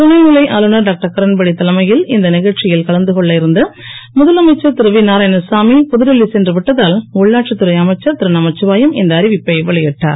துணை நிலை ஆளுநர் டாக்டர் கிரண்பேடி தலைமையில் இந்த நிகழ்ச்சியில் கலந்து கொள்ள இருந்த முதலமைச்சர் திரு வி நாராயணசாமி புதுடெல்லி சென்று விட்டதால் உள்ளாட்சித் துறை அமைச்சர் திரு நமச்சிவாயம் இந்த அறிவிப்பை வெளியிட்டார்